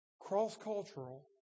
cross-cultural